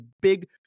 big